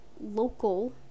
local